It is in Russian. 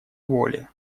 воли